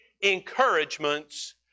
encouragements